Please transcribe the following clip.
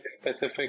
specific